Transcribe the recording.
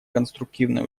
конструктивное